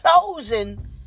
chosen